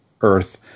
earth